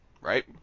right